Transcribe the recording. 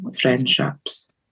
Friendships